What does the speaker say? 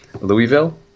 Louisville